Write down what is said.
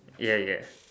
ya ya